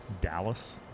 Dallas